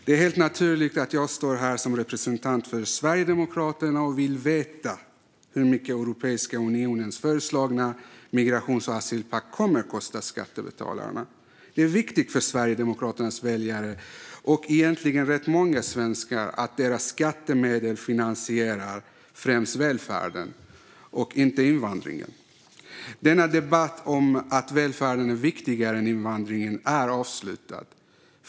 Det är helt naturligt att jag står här som representant för Sverigedemokraterna och vill veta hur mycket Europeiska unionens föreslagna migrations och asylpakt kommer att kosta skattebetalarna. Det är viktigt för Sverigedemokraternas väljare och egentligen rätt många svenskar att deras skattemedel finansierar främst välfärden och inte invandringen. Debatten om att välfärden är viktigare än invandringen är avslutad.